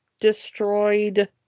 destroyed